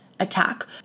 Attack